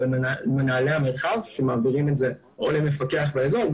למנהלי המרחב שמעבירים את זה או למפקח באזור,